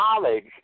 knowledge